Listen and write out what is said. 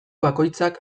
bakoitzak